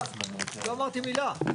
אני בא ואומר,